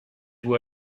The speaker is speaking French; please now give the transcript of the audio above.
vous